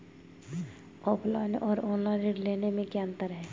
Offline और online ऋण लेने में क्या अंतर है?